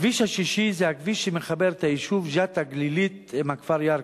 הכביש השישי זה הכביש שמחבר את היישוב ג'ת הגלילית עם הכפר ירכא.